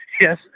Yes